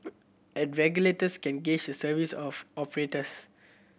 and regulators can gauge the service of operators